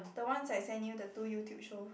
the ones I send you the two YouTube show